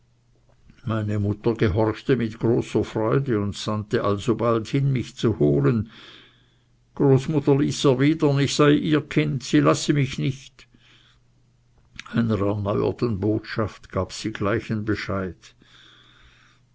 meine mutter gehorchte mit großer freude und sandte alsobald hin mich zu holen großmutter ließ erwidern ich sei ihr kind sie lasse mich nicht einer erneuerten botschaft gab sie gleichen bescheid